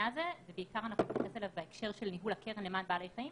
הזה ובעיקר אנחנו נתייחס אליו בהקשר של ניהול הקרן למען בעלי חיים